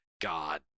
God